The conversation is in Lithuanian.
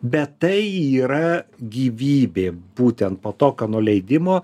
bet tai yra gyvybė būtent po tokio nuleidimo